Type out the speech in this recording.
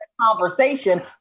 Conversation